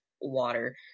water